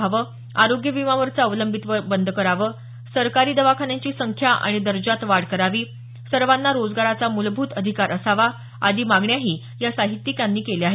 व्हावं आरोग्य विम्यावरच अवलंबित्व बंद करावं सरकारी दवाखान्यांची संख्या आणि दर्जात वाढ करावी सर्वांना रोजगाराचा मूलभूत अधिकार असावाआदी मागण्याही या साहित्यकांनी केल्या आहेत